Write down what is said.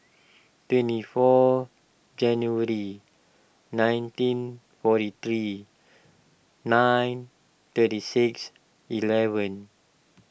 twenty four January nineteen forty three nine thirty six eleven